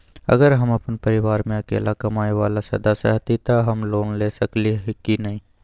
अगर हम अपन परिवार में अकेला कमाये वाला सदस्य हती त हम लोन ले सकेली की न?